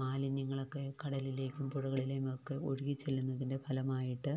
മാലിന്യങ്ങളൊക്കെ കടലിലേക്കും പുഴകളിലേയുമൊക്കെ ഒഴുകിച്ചെല്ലുന്നതിൻ്റെ ഫലമായിട്ട്